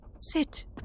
sit